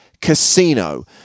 Casino